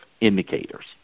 indicators